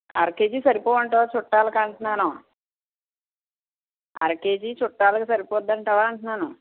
అర కేజీ సరిపోవంటావా చుట్టాలకి అంటున్నాను అర కేజీ చుట్టాలకి సరిపోతుందటావా అంటున్నాను